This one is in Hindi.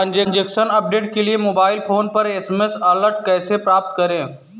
ट्रैन्ज़ैक्शन अपडेट के लिए मोबाइल फोन पर एस.एम.एस अलर्ट कैसे प्राप्त करें?